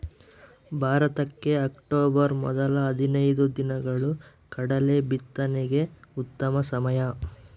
ಭಾರತಕ್ಕೆ ಅಕ್ಟೋಬರ್ ಮೊದಲ ಹದಿನೈದು ದಿನಗಳು ಕಡಲೆ ಬಿತ್ತನೆಗೆ ಉತ್ತಮ ಸಮಯ